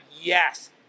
yes